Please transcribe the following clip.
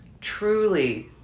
truly